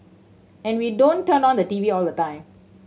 and we don't turn on the T V all the time